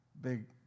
big